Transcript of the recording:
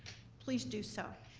please do so.